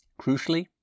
Crucially